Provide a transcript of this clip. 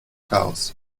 chaos